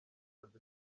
kazi